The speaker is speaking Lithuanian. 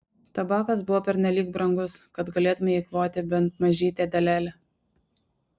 tabakas buvo pernelyg brangus kad galėtumei eikvoti bent mažytę dalelę